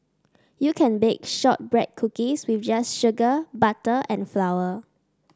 you can bake shortbread cookies with just sugar butter and flour